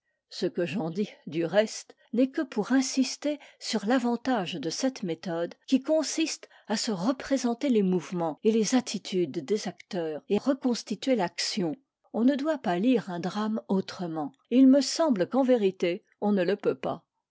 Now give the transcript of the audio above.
ce que j'en dis du reste n'est que pour insister sur l'avantage de cette méthode qui consiste à se représenter les mouvements et les attitudes des acteurs et reconstituer l'action on ne doit pas lire un drame autrement et il me semble qu'en vérité on ne le peut pas